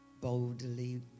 boldly